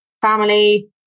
family